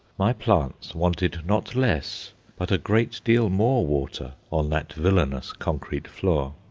my plants wanted not less but a great deal more water on that villainous concrete floor.